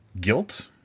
guilt